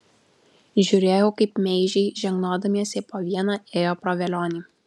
žiūrėjau kaip meižiai žegnodamiesi po vieną ėjo pro velionį